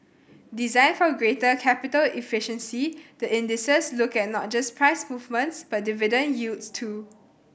designed for greater capital efficiency the indices look at not just price movements but dividend yields too